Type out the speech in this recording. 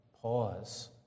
pause